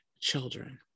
children